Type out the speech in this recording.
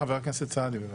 חבר הכנסת סעדי, בבקשה.